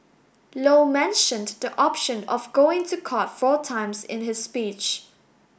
low mentioned the option of going to court four times in his speech